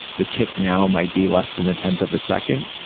the tick now might be less than a tenth of a second,